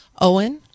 Owen